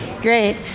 Great